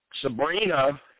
Sabrina